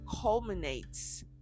culminates